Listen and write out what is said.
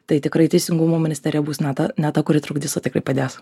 tai tikrai teisingumo ministerija bus na ta ne ta kuri trukdys o tikrai padės